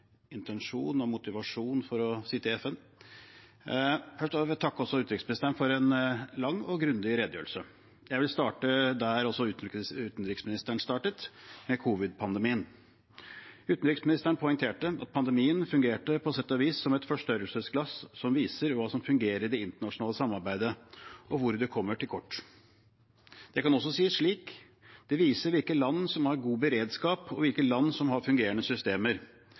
intensjon og motivasjon for å sitte i FN. Jeg vil også takke utenriksministeren for en lang og grundig redegjørelse. Jeg vil starte der utenriksministeren startet, med covid-19-pandemien. Utenriksministeren poengterte at pandemien på sett og vis fungerte som et forstørrelsesglass, som viser hva som fungerer i det internasjonale samarbeidet, og hvor man kommer til kort. Det kan også sies slik: Det viser hvilke land som har god beredskap, og hvilke land som har fungerende systemer.